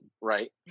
right